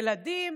ילדים.